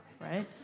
right